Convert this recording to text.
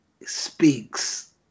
speaks